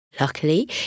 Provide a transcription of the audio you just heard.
Luckily